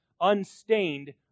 unstained